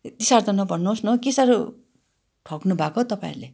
त्यत्ति साह्रो त नभन्नुहोस् न हौ के साह्रो ठग्नु भएको हौ तपाईँहरूले